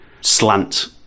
slant